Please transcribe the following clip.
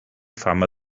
fama